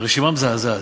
הרשימה מזעזעת.